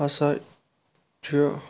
ہَسا چھُ